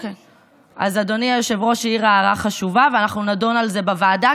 אז אדוני היושב-ראש העיר הערה חשובה ואנחנו נדון על זה בוועדה,